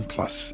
Plus